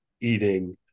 eating